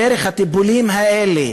דרך הטיפולים האלה,